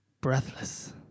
breathless